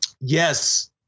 Yes